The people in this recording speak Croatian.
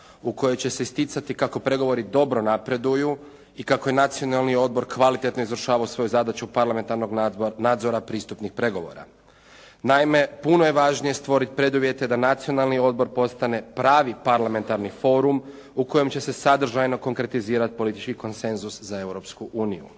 u kojoj će se isticati kako pregovori dobro napreduju i kako je Nacionalno odbor kvalitetno izvršavao svoju zadaću parlamentarnog nadzora pristupnih pregovora. Naime, puno je važnije stvoriti preduvjete da Nacionalni odbor postane pravi parlamentarni forum u kojem će se sadržajno konkretizirati politički konsenzus za Europsku uniju.